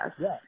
yes